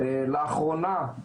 לאחרונה,